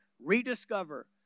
rediscover